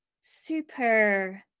super